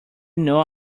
know